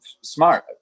smart